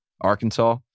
Arkansas